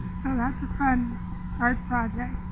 so that's a fun art project